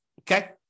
Okay